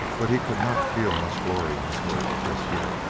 but he could not feel much glory in his work just yet.